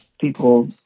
people